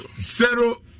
zero